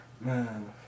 Man